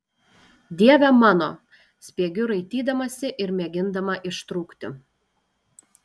dieve mano spiegiu raitydamasi ir mėgindama ištrūkti